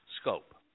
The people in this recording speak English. scope